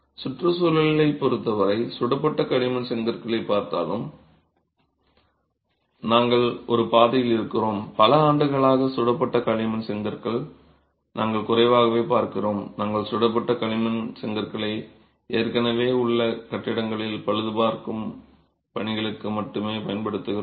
சுற்றுச்சூழலைப் பொறுத்தவரை சுடப்பட்ட களிமண் செங்கற்களை பார்த்தாலும் நாங்கள் ஒரு பாதையில் இருக்கிறோம் பல ஆண்டுகளாக சுடப்பட்ட களிமண் செங்கற்களை நாங்கள் குறைவாகவே பார்க்கிறோம் நாங்கள் சுடப்பட்ட களிமண் செங்கற்களை ஏற்கனவே உள்ள கட்டிடங்களில் பழுதுபார்க்கும் பணிகளுக்கு மட்டுமே பயன்படுத்துகிறோம்